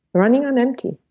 running on empty